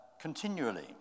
continually